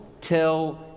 tell